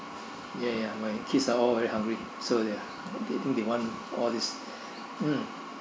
ya ya my kids are all very hungry so they are I think they want all this mm